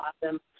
awesome